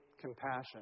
compassion